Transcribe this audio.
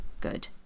good